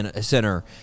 center